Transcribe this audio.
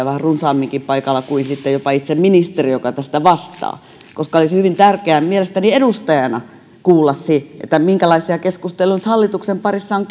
vähän runsaamminkin paikalla kuin sitten jopa itse ministeri joka tästä vastaa koska olisi hyvin tärkeää mielestäni edustajana kuulla se minkälaisia keskusteluja hallituksen parissa on